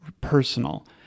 personal